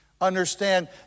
Understand